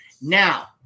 Now